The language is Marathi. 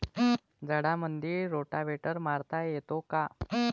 झाडामंदी रोटावेटर मारता येतो काय?